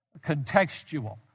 contextual